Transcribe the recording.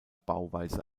bauweise